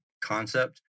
concept